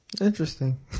Interesting